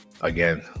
again